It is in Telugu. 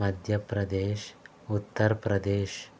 మధ్యప్రదేశ్ ఉత్తరప్రదేశ్